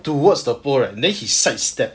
towards the pole right then he side step